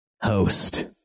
Host